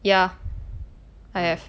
ya I have